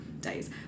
days